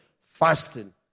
Fasting